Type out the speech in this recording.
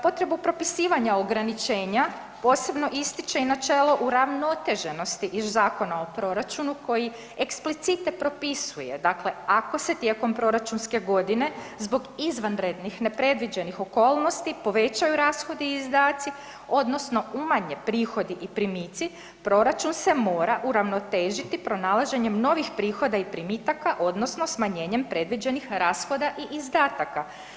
Potrebu propisivanje ograničenja posebno ističe i načelo uravnoteženosti iz Zakona o proračunu koji explicite propisuje dakle ako se tijekom proračunske godine zbog izvanrednih nepredviđenih okolnosti, povećaju rashodi i izdaci odnosno umanje prihodi i primici, proračun se mora uravnotežiti pronalaženjem novih prihoda i primitaka odnosno smanjenjem predviđenih rashoda i izdataka.